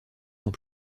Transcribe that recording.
dans